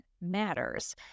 matters